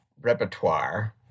repertoire